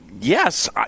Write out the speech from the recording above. yes